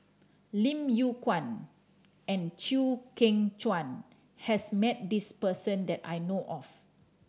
Lim Yew Kuan and Chew Kheng Chuan has met this person that I know of